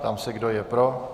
Ptám se, kdo je pro.